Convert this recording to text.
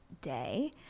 day